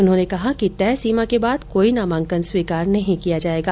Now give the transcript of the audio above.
उन्होंने कहा कि तय सीमा के बाद कोई नामांकन स्वीकार नहीं किया जायेगा